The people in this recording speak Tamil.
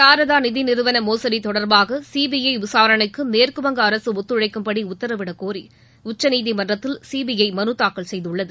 சாரதா நிதி நிறுவன மோசடி தொடர்பாக சிபிறு விசாரணைக்கு மேற்குவங்க அரசு ஒத்துழைக்கும்படி உத்தரவிடக்கோரி உச்சநீதிமன்றத்தில் சிபிஐ மனு தாக்கல் செய்துள்ளது